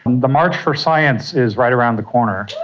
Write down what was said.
um the march for science is right around the corner,